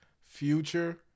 Future